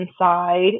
inside